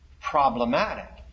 problematic